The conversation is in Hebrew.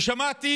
ושמעתי